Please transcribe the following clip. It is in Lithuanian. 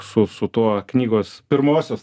su su tuo knygos pirmosios